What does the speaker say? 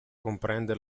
comprende